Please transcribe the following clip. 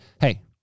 Hey